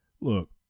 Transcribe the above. look